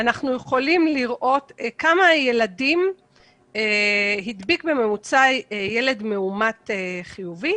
אנחנו יכולים לראות כמה ילדים הדביק בממוצע ילד מאומת חיובי